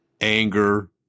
anger